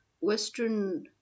Western